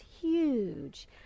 huge